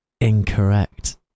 Incorrect